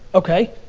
okay.